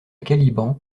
caliban